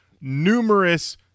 numerous